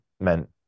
meant